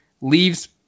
leaves